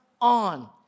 on